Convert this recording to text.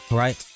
right